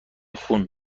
خون